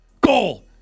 Goal